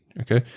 okay